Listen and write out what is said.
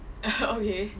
okay